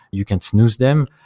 you can snooze them,